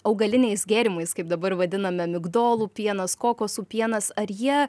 augaliniais gėrimais kaip dabar vadiname migdolų pienas kokosų pienas ar jie